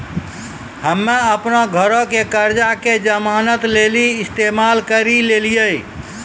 हम्मे अपनो घरो के कर्जा के जमानत लेली इस्तेमाल करि लेलियै